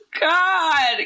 God